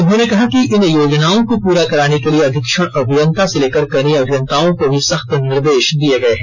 उन्होंने कहा कि इन योजनाओं को प्ररा कराने के लिए अधीक्षण अभियंता से लेकर कनीय अभियंताओं को भी सख्त निर्देश दिए गए हैं